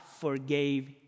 forgave